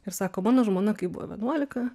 ir sako mano žmona kai buvo vienuolika